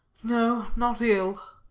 no, not ill.